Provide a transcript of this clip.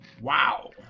Wow